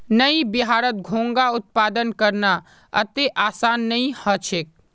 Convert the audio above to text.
नइ बिहारत घोंघा उत्पादन करना अत्ते आसान नइ ह छेक